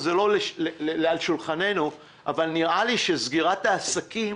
זה לא על השולחן אבל נראה לי שסגירת העסקים